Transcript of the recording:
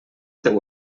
teu